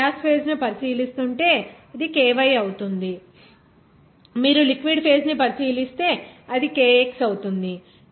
మీరు gas phase ను పరిశీలిస్తుంటే అది ky అవుతుంది మీరు లిక్విడ్ ఫేజ్ ను పరిశీలిస్తుంటే అది kx అవుతుంది